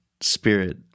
spirit